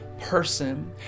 person